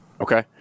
Okay